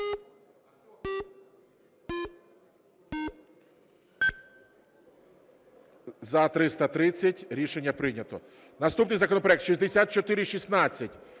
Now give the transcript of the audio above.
За – 330 Рішення прийнято. Наступний законопроект 6416.